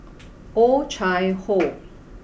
Oh Chai Hoo